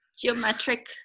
geometric